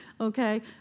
Okay